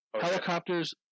Helicopters